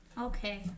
okay